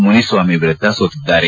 ಮುನಿಸ್ವಾಮಿ ವಿರುದ್ದ ಸೋತಿದ್ದಾರೆ